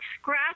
Scratch